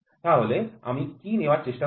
তাহলে আমি কি নেওয়ার চেষ্টা করি